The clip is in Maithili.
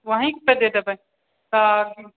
वही पर दे देबै आज